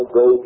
go